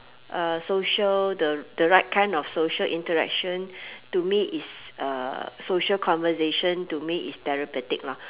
uh social the the right kind of social interaction to me is uh social conversation to me is therapeutic lah